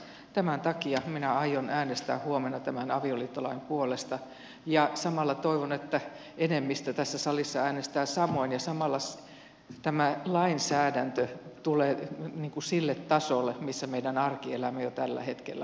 tämän takia minä aion äänestää huomenna tämän avioliittolain puolesta ja samalla toivon että enemmistö tässä salissa äänestää samoin ja samalla tämä lainsäädäntö tulee sille tasolle missä meidän arkielämämme jo tällä hetkellä on